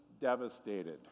devastated